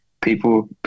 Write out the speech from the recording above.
people